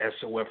SOF